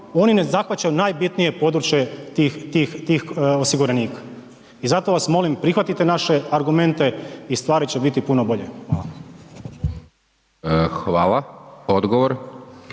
oni ne zahvaćaju najbitnije područje tih, tih, tih osiguranika i zato vas molim prihvatite naše argumente i stvari će biti puno bolje. Hvala. **Hajdaš